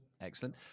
Excellent